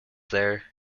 there